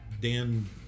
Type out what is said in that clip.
Dan